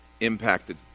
impacted